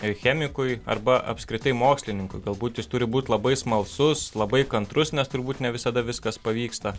ir chemikui arba apskritai mokslininkui galbūt jis turi būt labai smalsus labai kantrus nes turbūt ne visada viskas pavyksta